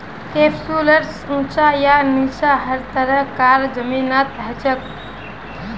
कैप्सुलैरिस ऊंचा या नीचा हर तरह कार जमीनत हछेक